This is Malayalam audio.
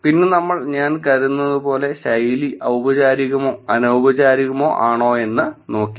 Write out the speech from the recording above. പിന്നെ നമ്മൾ ഞാൻ കരുതുന്നതുപോലെ ശൈലി ഔപചാരികമോ അനൌപചാരികമോ ആണോയെന്ന് നോക്കി